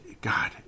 God